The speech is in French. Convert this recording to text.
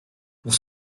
pour